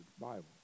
Bible